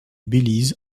belize